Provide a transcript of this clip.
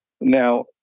now